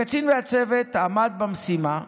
הקצין והצוות עמדו במשימה,